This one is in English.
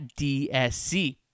DSC